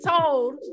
told